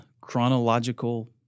Chronological